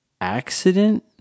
accident